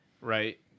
right